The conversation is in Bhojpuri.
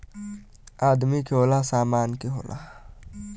आदमी के होला, सामान के होला